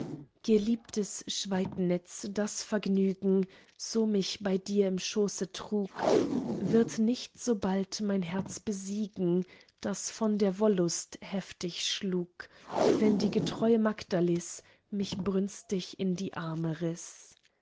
geliebtes schweidnitz das vergnügen so mich bei dir im schoße trug wird nicht so bald mein herz besiegen das von der wollust heftig schlug wenn die getreue magdalis mich brünstig in die armen riß